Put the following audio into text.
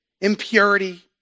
impurity